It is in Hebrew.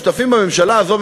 שותפים בממשלה הזו,